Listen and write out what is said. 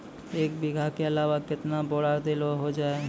एक बीघा के अलावा केतना बोरान देलो हो जाए?